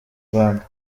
rwanda